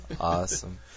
Awesome